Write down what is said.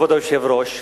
כבוד היושב-ראש,